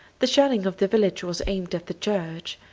the shelling of the village was aimed at the church,